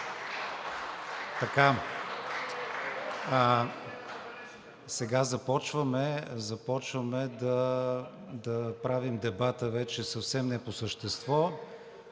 Сега започваме да правим дебата вече съвсем не по същество.